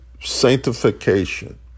Sanctification